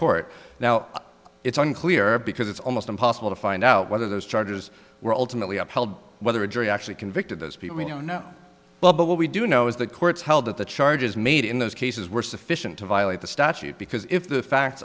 court now it's unclear because it's almost impossible to find out whether those charges were ultimately up held whether a jury actually convicted those people you know well but what we do know is that courts held that the charges made in those cases were sufficient to violate the statute because if the facts